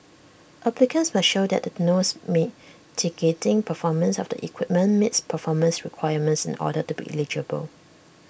applicants must show that the nose mitigating performance of the equipment meets performance requirements in order to be eligible